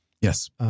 Yes